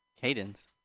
Cadence